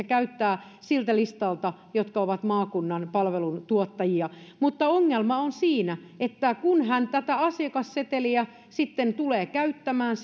käyttää siltä listalta jotka ovat maakunnan palveluntuottajia mutta ongelma on siinä että kun hän tätä asiakasseteliä sitten tulee käyttämään